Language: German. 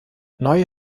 neue